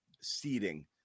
seeding